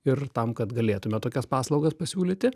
ir tam kad galėtume tokias paslaugas pasiūlyti